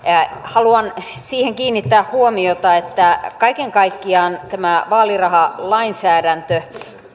haluan siihen kiinnittää huomiota että kaiken kaikkiaan tämä vaalirahalainsäädäntö